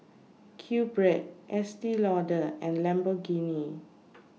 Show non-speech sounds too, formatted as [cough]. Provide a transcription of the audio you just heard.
QBread Estee Lauder and Lamborghini [noise]